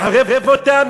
מחרף אותה?